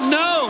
no